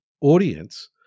audience